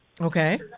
Okay